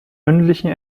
mündlichen